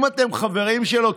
אם אתם חברים שלו,